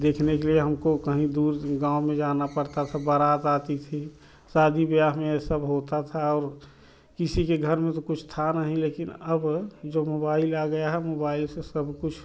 देखने के लिए हमको कहीं दूर गाँव में जाना पड़ता था बारात आती थी शादी ब्याह में ये सब होता था और किसी के घर में तो कुछ था नहीं लेकिन अब जो मोबाइल आ गया है मोबाइल से सब कुछ